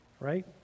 Right